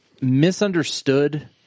Misunderstood